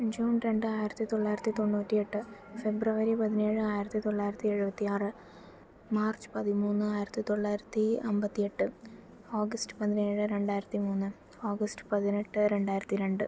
June രണ്ട് ആയിരത്തിത്തൊള്ളായിരത്തി തൊണ്ണൂറ്റിയെട്ട് ഫെബ്രുവരി പതിനേഴ് ആയിരത്തിത്തൊള്ളായിരത്തി എഴുപത്തിയാറ് മാർച്ച് പതിമൂന്ന് ആയിരത്തിത്തൊള്ളായിരത്തി അമ്പത്തിയെട്ട് ഓഗസ്റ്റ് പതിനേഴ് രണ്ടായിരത്തി മൂന്ന് ഓഗസ്റ്റ് പതിനെട്ട് രണ്ടായിരത്തി രണ്ട്